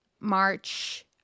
March